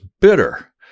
bitter